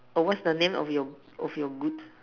oh what's the name of your of your goods